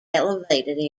elevated